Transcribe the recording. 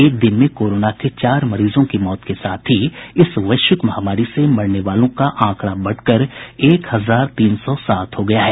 एक दिन में कोरोना के चार मरीजों की मौत के साथ ही इस वैश्विक महामारी से मरने वालों का आंकड़ा बढ़कर एक हजार तीन सौ सात हो गया है